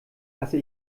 lasse